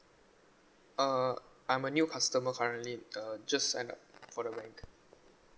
uh I'm a new customer currently uh just signed up for the bank